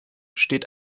steht